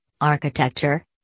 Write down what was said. architecture